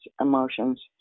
emotions